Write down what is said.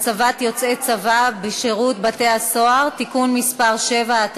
(הצבת יוצאי צבא בשירות בתי-הסוהר) (תיקון מס' 7),